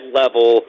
level